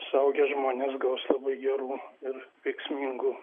suaugę žmonės gaus labai gerų ir veiksmingų